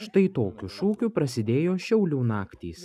štai tokiu šūkiu prasidėjo šiaulių naktys